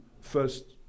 first